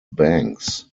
banks